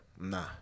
Nah